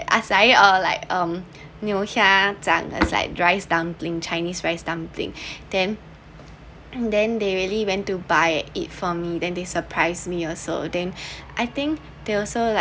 asari or like um nonya zhang like rice dumpling chinese rice dumping then and then they really went to buy it for me then they surprise me also then I think they also like